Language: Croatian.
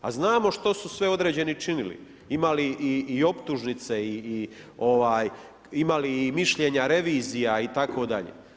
A znamo što su sve određeni činili, imali i optužnice imali i mišljenja revizija itd.